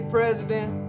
President